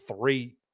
three